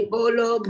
Bolo